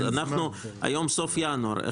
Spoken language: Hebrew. אנחנו בסוף ינואר.